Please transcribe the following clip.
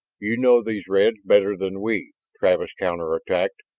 you know these reds better than we, travis counterattacked.